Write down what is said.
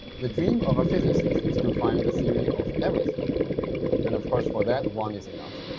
the dream of a physicist is to find a theory of everything and of course for that one is enough.